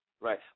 Right